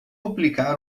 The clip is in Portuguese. aplicar